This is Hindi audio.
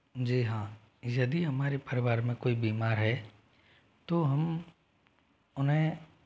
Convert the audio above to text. जी हाँ यदि हमारे परिवार में कोई बीमार है तो हम उन्हें